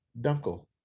Dunkel